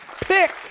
picked